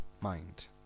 mind